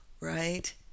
right